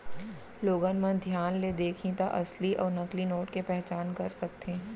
लोगन मन धियान ले देखही त असली अउ नकली नोट के पहचान कर सकथे